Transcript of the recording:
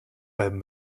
bleiben